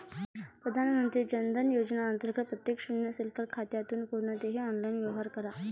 प्रधानमंत्री जन धन योजना अंतर्गत प्रत्येक शून्य शिल्लक खात्यातून कोणतेही ऑनलाइन व्यवहार करा